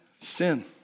Sin